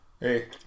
Hey